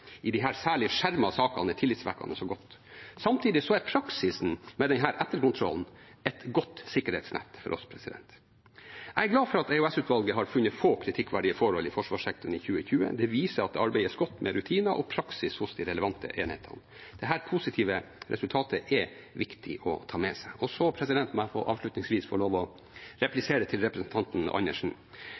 i disse særlig skjermede sakene er tillitvekkende og godt. Samtidig er praksisen med denne etterkontrollen et godt sikkerhetsnett for oss. Jeg er glad for at EOS-utvalget har funnet få kritikkverdige forhold i forsvarssektoren i 2020. Det viser at det arbeides godt med rutiner og praksis hos de relevante enhetene. Dette positive resultatet er viktig å ta med seg. Og så må jeg avslutningsvis få lov til å replisere til representanten Andersen: